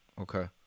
Okay